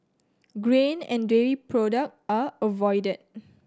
grain and dairy product are avoided